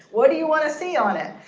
what do you want to see on it?